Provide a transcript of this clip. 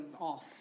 off